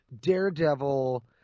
Daredevil